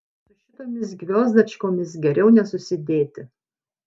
su šitomis gviozdačkomis geriau nesusidėti